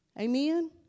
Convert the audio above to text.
Amen